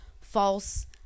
false